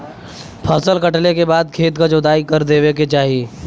फसल कटले के बाद खेत क जोताई कर देवे के चाही